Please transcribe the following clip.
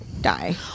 die